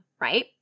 right